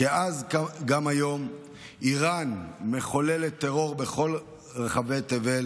כאז גם היום איראן מחוללת טרור בכל רחבי תבל,